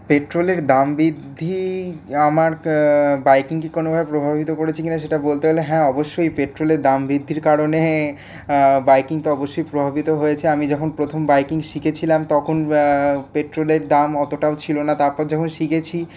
পেট্রোলের দাম বৃদ্ধি আমার বাইকিংকে কোনোভাবে প্রভাবিত করেছে কিনা সেটা বলতে হলে হ্যাঁ অবশ্যই পেট্রোলের দাম বৃদ্ধির কারণে বাইকিং তো অবশ্যই প্রভাবিত হয়েছে আমি যখন প্রথম বাইকিং শিখেছিলাম তখন পেট্রোলের দাম অতটাও ছিল না তারপর যখন শিখেছি